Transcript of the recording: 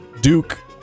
Duke